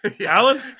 Alan